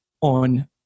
on